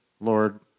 Lord